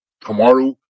tomorrow